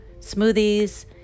smoothies